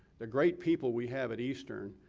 the great people we have at eastern,